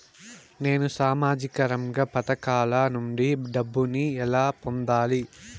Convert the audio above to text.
నేను సామాజిక రంగ పథకాల నుండి డబ్బుని ఎలా పొందాలి?